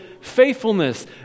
faithfulness